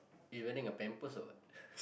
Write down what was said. he's wearing a pampers or what